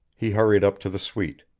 he hurried up to the suite.